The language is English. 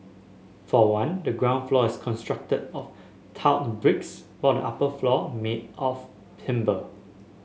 for one the ground floor is constructed of tiled bricks while the upper floors made of timber